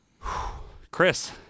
Chris